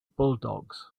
bulldogs